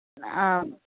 आं